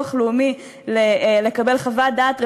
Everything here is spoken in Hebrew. מבקשים מאוד לכבד את חברת הכנסת זנדברג.